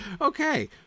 Okay